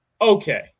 Okay